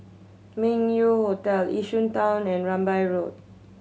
Meng Yew Hotel Yishun Town and Rambai Road